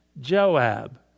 Joab